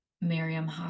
Miriam